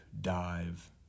dive